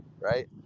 right